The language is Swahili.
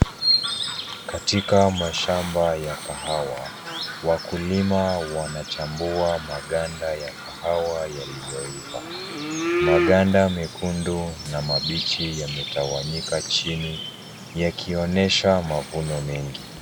Katika mashamba ya kahawa, wakulima wanachambua maganda ya kahawa yaliyoiva. Maganda mekundu na mabichi yametawayika chini yakionyesha mavuno mengi.